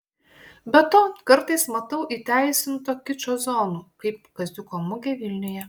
be to kartais matau įteisinto kičo zonų kaip kaziuko mugė vilniuje